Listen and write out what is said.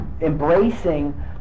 embracing